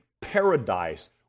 paradise